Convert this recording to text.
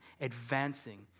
advancing